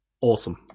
Awesome